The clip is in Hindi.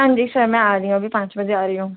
हाँ जी सर मैं आ रही हूँ अभी पाँच बजे आ रही हूँ